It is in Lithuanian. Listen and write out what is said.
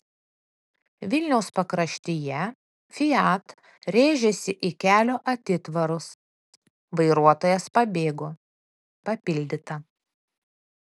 vilniaus pakraštyje fiat rėžėsi į kelio atitvarus vairuotojas pabėgo papildyta